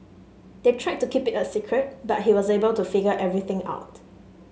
they tried to keep it a secret but he was able to figure everything out